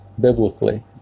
biblically